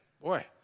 Boy